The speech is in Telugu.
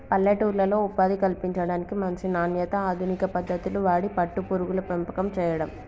పల్లెటూర్లలో ఉపాధి కల్పించడానికి, మంచి నాణ్యత, అధునిక పద్దతులు వాడి పట్టు పురుగుల పెంపకం చేయడం